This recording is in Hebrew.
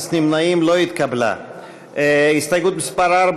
גנאים, ג'מאל זחאלקה, אחמד טיבי,